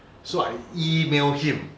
so I emailed him